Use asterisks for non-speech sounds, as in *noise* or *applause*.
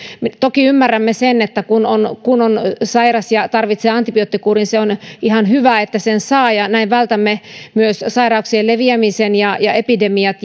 toki ymmärrämme sen että kun on kun on sairas ja tarvitsee antibioottikuurin se on ihan hyvä että sen saa näin vältämme myös sairauksien leviämisen ja ja epidemiat *unintelligible*